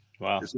Wow